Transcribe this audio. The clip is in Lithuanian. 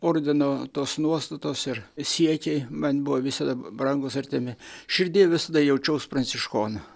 ordino tos nuostatos ir siekiai man buvo visada brangūs artimi širdyje visada jaučiaus pranciškonu